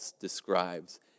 describes